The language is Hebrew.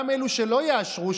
גם אלו שלא יאשרו,